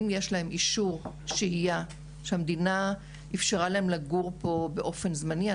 אם יש להם אישור שהייה שהמדינה אפשרה להם לגור פה באופן זמני,